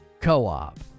co-op